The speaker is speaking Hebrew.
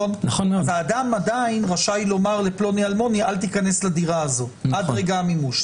האדם עדיין רשאי לומר לפלוני אלמוני אל תיכנס לדירה הזאת עד רגע המימוש.